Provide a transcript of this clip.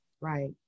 Right